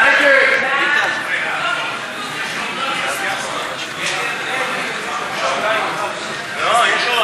ההצעה להסיר מסדר-היום את הצעת חוק תרומת